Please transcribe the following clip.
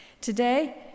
Today